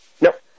Nope